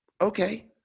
okay